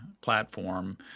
platform